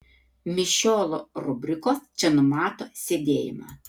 mišiolo rubrikos čia numato sėdėjimą